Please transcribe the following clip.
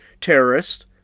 terrorists